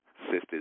sisters